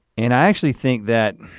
and i actually think that